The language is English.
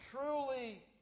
truly